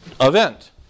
event